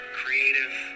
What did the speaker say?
creative